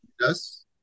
Yes